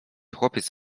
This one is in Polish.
chłopiec